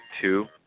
two